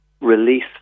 release